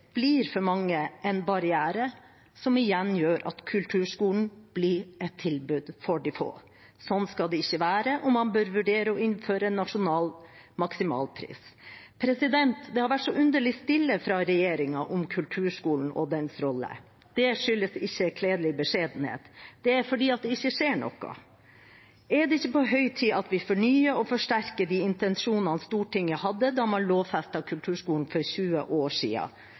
blir for mange en barriere, som igjen gjør at kulturskolen blir et tilbud for de få. Slik skal det ikke være, og man bør vurdere å innføre nasjonal maksimalpris. Det har vært så underlig stille fra regjeringen om kulturskolen og dens rolle. Det skyldes ikke kledelig beskjedenhet. Det er fordi det ikke skjer noe. Er det ikke på høy tid at vi fornyer og forsterker de intensjonene Stortinget hadde da man lovfestet kulturskolen for 20 år